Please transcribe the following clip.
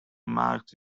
marks